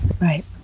Right